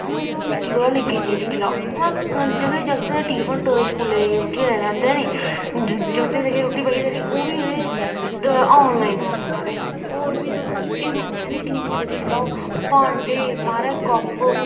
हून तुस निक्की कोला निक्की चीज दिक्खी लैओ जागतें दे टीफन स्कूलें दे रूट्टी लेने औंदे नी जागतें गी जेह्ड़ी रूट्टी पाइयै देनी ओह् बी इ'नें आनलाइन मंगानियां महाराज और बी तुस निक्की निक्की चीजां दिक्खी लैओ भांडे महाराज कप